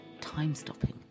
time-stopping